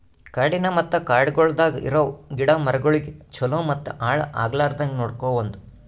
ಕಾಡಿನ ಮತ್ತ ಕಾಡಗೊಳ್ದಾಗ್ ಇರವು ಗಿಡ ಮರಗೊಳಿಗ್ ಛಲೋ ಮತ್ತ ಹಾಳ ಆಗ್ಲಾರ್ದಂಗ್ ನೋಡ್ಕೋಮದ್